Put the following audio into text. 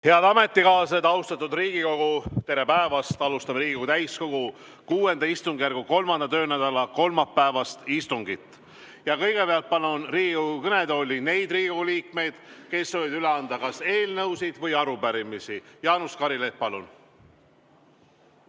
Head ametikaaslased! Austatud Riigikogu! Tere päevast! Alustame Riigikogu täiskogu VI istungjärgu 3. töönädala kolmapäevast istungit. Kõigepealt palun Riigikogu kõnetooli neid Riigikogu liikmeid, kes soovivad üle anda kas eelnõusid või arupärimisi. Jaanus Karilaid, palun!